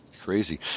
crazy